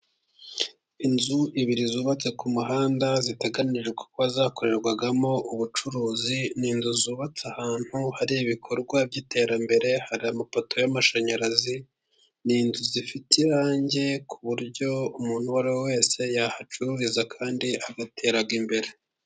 Inzu ebyiri zubatse ku muhanda ,ziteganirijwe kuba zakorerwamo ubucuruzi . Ni inzu zubatse ahantu hari ibikorwa by'iterambere . Hari amapoto y'amashanyarazi . Ni inzu zifite irangi ,ku buryo umuntu uwo ari we wese yahacururiza, kandi agatera imbere.